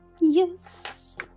Yes